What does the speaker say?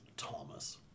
Thomas